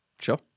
Sure